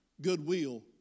goodwill